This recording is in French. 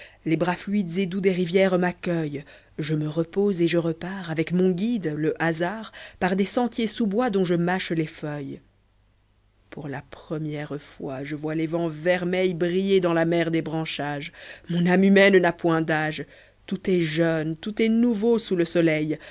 les bras fluides et doux des rivières m'accueillent je me repose et je repars avec mon guide le hasard par des sentiers sous bois dont je mâche les feuilles pour la première fois je vois les vents vermeils briller dans la mer des branchages mon âme humaine n'a point d'âge tout est jeune tout est nouveau sous le soleil